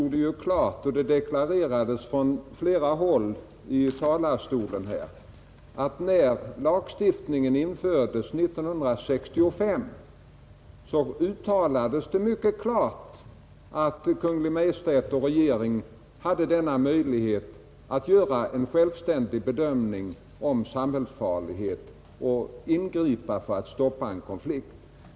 Det erinrades från flera håll att när denna lagstiftning infördes 1965 uttalades det mycket klart att Kungl. Maj:t och riksdagen hade möjlighet att göra en självständig bedömning av samhällsskadligheten och att ingripa för att stoppa en konflikt.